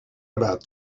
about